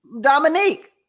Dominique